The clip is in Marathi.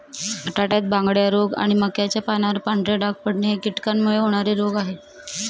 बटाट्यात बांगड्या रोग आणि मक्याच्या पानावर पांढरे डाग पडणे हे कीटकांमुळे होणारे रोग आहे